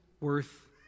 worth